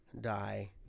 die